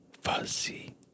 fuzzy